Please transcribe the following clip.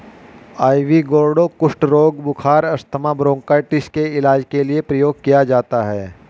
ivy gourd कुष्ठ रोग, बुखार, अस्थमा, ब्रोंकाइटिस के इलाज के लिए प्रयोग किया जाता है